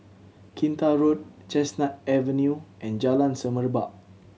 Kinta Road Chestnut Avenue and Jalan Semerbak